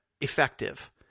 effective